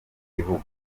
gihugu